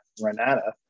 Renata